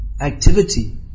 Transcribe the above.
activity